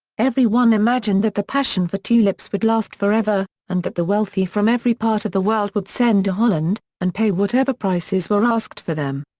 every one imagined that the passion for tulips would last for ever, and that the wealthy from every part of the world would send to holland, and pay whatever prices were asked for them.